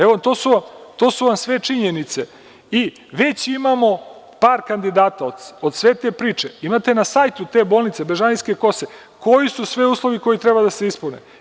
Evo, to su vam sve činjenice i već imamo par kandidata od sve te priče imate na sajtu te bolnice Bežanijske kose, koji su sve uslovi koji treba da se ispune.